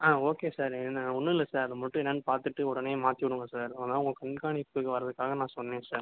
ஆ okay sir என்ன ஒன்னுமில்ல sir அதை மட்டும் என்னென்னு பார்த்துட்டு உடனே மாத்திவிடுங்க சார் அதான் உங்கள் கண்காணிப்புக்கு வர்றதுக்காக நான் சொன்னேன் சார்